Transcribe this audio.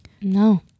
No